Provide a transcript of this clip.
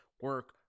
Work